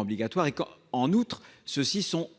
obligatoires et que, en outre, ceux-ci sont